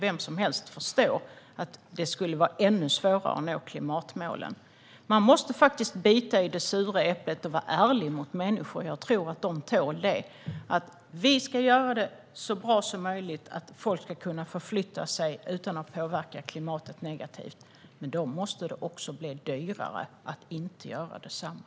Vem som helst kan förstå att det då skulle bli ännu svårare att nå klimatmålen. Man måste bita i det sura äpplet och vara ärlig mot människor - jag tror att de tål det. Vi ska göra det så bra som möjligt för att folk ska kunna förflytta sig utan att påverka klimatet negativt. Men då måste det också bli dyrare att inte göra detsamma.